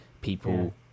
people